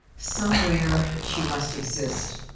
somewhere she must exist.